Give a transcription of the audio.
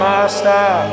Master